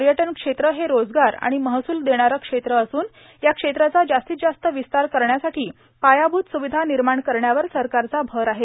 पयटन क्षेत्र हे रोजगार आर्माण महसूल देणारं क्षेत्र असून या क्षेत्राचा जास्तीत जास्त विस्तार करण्यासाठो पायाभूत र्स्रावधा र्मनमाण करण्यावर सरकारचा भर आहे